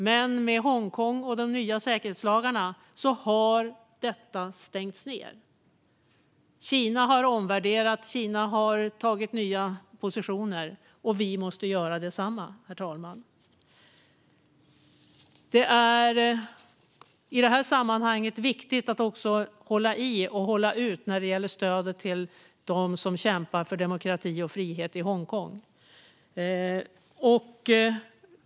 Med Hongkong och de nya säkerhetslagarna har detta stängts ned. Kina har omvärderat och intagit nya positioner. Vi måste göra detsamma, herr talman. Det är i det sammanhanget viktigt att hålla i och hålla ut när det gäller stödet till dem som kämpar för demokrati och frihet i Hongkong.